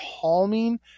calming